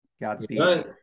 Godspeed